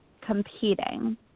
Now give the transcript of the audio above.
competing